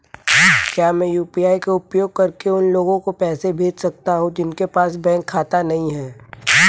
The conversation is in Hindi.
क्या मैं यू.पी.आई का उपयोग करके उन लोगों को पैसे भेज सकता हूँ जिनके पास बैंक खाता नहीं है?